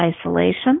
isolation